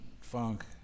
funk